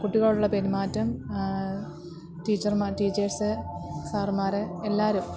കുട്ടികളുടെ പെരുമാറ്റം ടീച്ചർമാർ ടീച്ചേഴ്സ് സാറ്മ്മാർ എല്ലാവരും